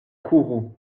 kourou